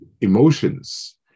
emotions